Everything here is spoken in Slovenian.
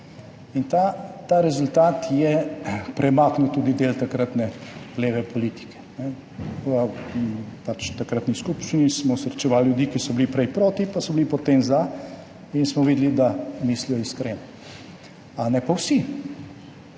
in ta rezultat je premaknil tudi del takratne leve politike. V takratni skupščini smo srečevali ljudi, ki so bili prej proti, pa so bili potem za in smo videli, da mislijo iskreno. A ne vsi,